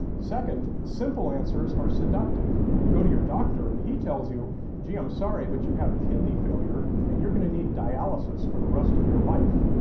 second, simple answers are seductive. you go to your doctor and he tells you gee i'm sorry, but you have kidney failure, and you're going to need dialysis for the rest of your life.